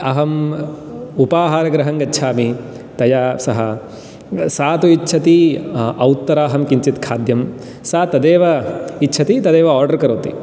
अहम् उपाहारगृहङ्गच्छामि तया सह सा तु इच्छति औत्तराहं किञ्चिद् खाद्यं सा तदेव इच्छति तदेव आर्डर् करोति